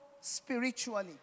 spiritually